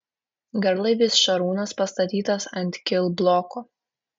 garlaivis šarūnas pastatytas ant kilbloko